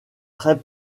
très